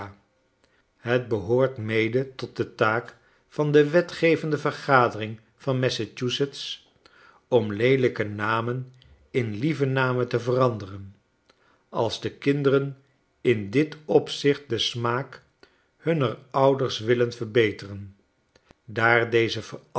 het behoort mede tot de taak van de wetgevende vergadering van massachusetts om leelijke namen in lieve namen te veranderen als de kinderen in dit opzicht den smaak hunner ouders willen verbeteren daar deze